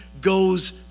goes